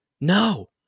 no